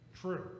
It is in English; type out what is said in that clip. true